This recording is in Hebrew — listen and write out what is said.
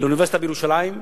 לאוניברסיטה בירושלים,